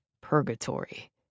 purgatory